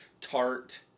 tart